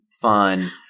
fun